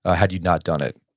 ah had you not done it?